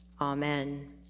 Amen